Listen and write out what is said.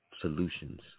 solutions